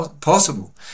possible